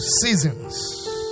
seasons